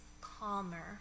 calmer